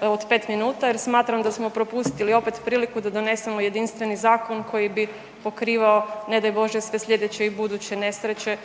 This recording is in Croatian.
od 5 minuta, jer smatram da smo propustili opet priliku da donesemo jedinstveni zakon koji bi pokrivao, ne daj Bože, sve slijedeće i buduće nesreće